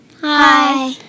Hi